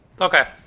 okay